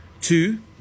Two